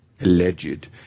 alleged